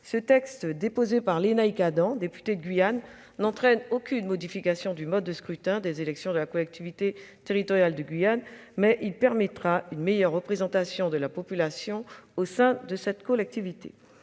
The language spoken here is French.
Ce texte, déposé par Lénaïck Adam, député de Guyane, n'entraîne aucune modification du mode de scrutin des élections de la collectivité territoriale de Guyane, mais il permettra une meilleure représentation de la population au sein de cette collectivité.